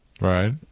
Right